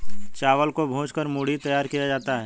चावल को भूंज कर मूढ़ी तैयार किया जाता है